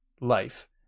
life